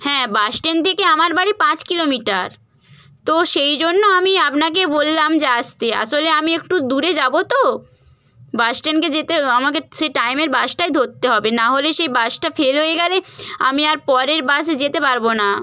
হ্যাঁ bus stand থেকে আমার বাড়ি পাঁচ কিলোমিটার তো সেই জন্য আমি আপনাকে বললাম যে আসতে আসলে আমি একটু দূরে যাব তো বাস স্ট্যান্ডকে যেতে আমাকে সেই টাইমের বাসটাই ধরতে হবে না হলে সেই বাসটা ফেল হয়ে গেলে আমি আর পরের বাসে যেতে পারব না